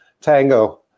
tango